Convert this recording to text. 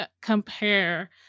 compare